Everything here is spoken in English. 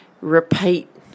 repeat